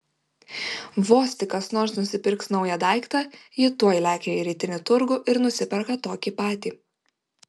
vos tik kas nors nusipirks naują daiktą ji tuoj lekia į rytinį turgų ir nusiperka tokį patį